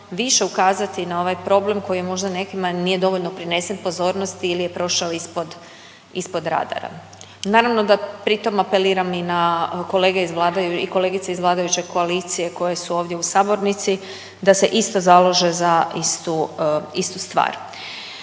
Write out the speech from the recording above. više ukazati na ovaj problem koji možda nekima nije dovoljno prinesen pozornosti ili je prošao ispod, ispod radara. Naravno da pri tom apeliram i na kolege iz i kolegice vladajuće koalicije koje su ovdje u sabornici da se isto založe za istu, istu